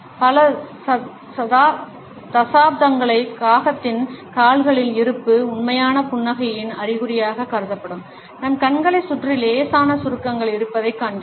பல தசாப்தங்களாக காகத்தின் கால்களின் இருப்பு உண்மையான புன்னகையின் அறிகுறியாகக் கருதப்படும் நம் கண்களைச் சுற்றி லேசான சுருக்கங்கள் இருப்பதைக் காண்கிறோம்